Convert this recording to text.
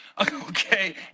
Okay